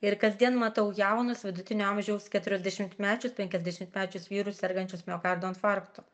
ir kasdien matau jaunus vidutinio amžiaus keturiasdešimtmečius penkiasdešimtmečius vyrus sergančius miokardo infarktu